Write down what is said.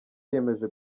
yiyemeje